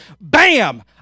bam